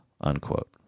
unquote